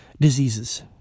diseases